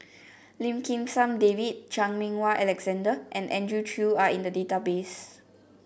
Lim Kim San David Chan Meng Wah Alexander and Andrew Chew are in the database